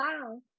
Wow